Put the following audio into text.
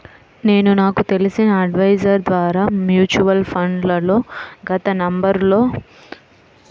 నేను నాకు తెలిసిన అడ్వైజర్ ద్వారా మ్యూచువల్ ఫండ్లలో గత నవంబరులో మ్యూచువల్ ఫండ్లలలో పెట్టుబడి పెట్టాను